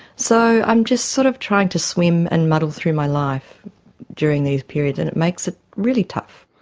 so i'm just sort of trying to swim and muddle through my life during these periods, and it makes it really tough.